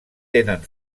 tenen